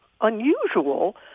unusual